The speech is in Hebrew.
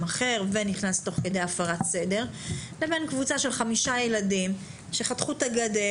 אחרים ותוך כדי הפרת סדר לבין קבוצה של חמישה ילדים שחתכו את הגדר